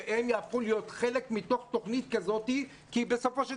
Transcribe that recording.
שגם הם יהפכו להיות חלק מתוך תכנית כזאת כי בסופו של